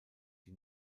die